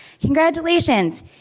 congratulations